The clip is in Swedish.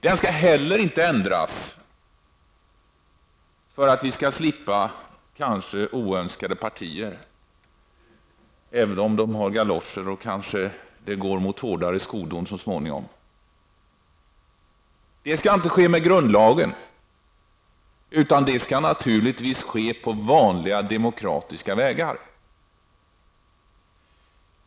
Den skall heller inte ändras för att vi skall slippa kanske oönskade partier, även om de har galoscher och kanske går mot hårdare skodon så småningom. Det skall inte ske med grundlagen, utan det skall naturligtvis ske på vanliga demokratiska vägar.